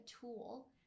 tool